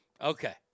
Okay